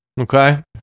Okay